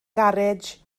garej